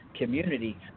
community